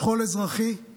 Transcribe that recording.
שכול אזרחי הוא